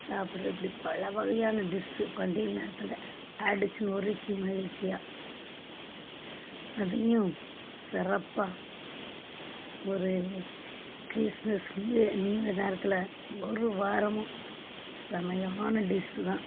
சாப்பாடு இப்படி பல வகையான டிஸ்ஸு பண்டிகைகள் நேரத்தில் அடிச்சு நொறுக்கி மகிழ்ச்சியா அதுலேயும் சிறப்பாக ஒரு கிறிஸ்துமஸ் நியூஇய நியூ இயர் நேரத்தில் ஒரு வாரமும் செம்மையான டிஸ்ஸு தான்